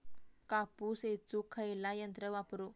कापूस येचुक खयला यंत्र वापरू?